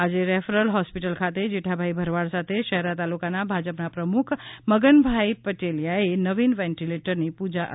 આજે referral hospital ખાતે જેઠાભાઇ ભરવાડ સાથે શહેરા તાલુકાના ભાજપના પ્રમુખ મગનભાઈ પટેલિયાએ નવીન વેન્ટિલેટરની પૂજા અર્ચના કરી હતી